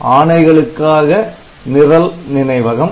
ஆணைகளுக்காக நிரல் நினைவகம்